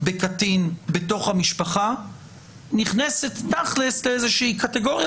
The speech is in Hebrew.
בקטין בתוך המשפחה נכנסת לאיזושהי קטגוריה